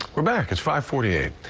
we're back. it's five forty eight.